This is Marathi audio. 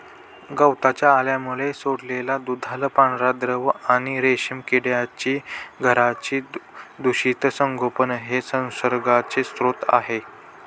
गवताच्या अळ्यांमुळे सोडलेला दुधाळ पांढरा द्रव आणि रेशीम किड्यांची घरांचे दूषित संगोपन हे संसर्गाचे स्रोत आहे